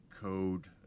code